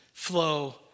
flow